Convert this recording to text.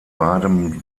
baden